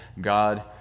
God